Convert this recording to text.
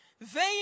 Vain